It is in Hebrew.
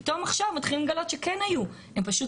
פתאום עכשיו אנחנו מתחילים לגלות שכן היו הן פשוט